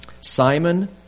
Simon